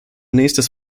nächstes